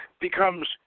becomes